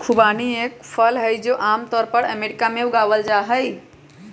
खुबानी एक फल हई, जो आम तौर पर अमेरिका में उगावल जाहई